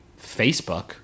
Facebook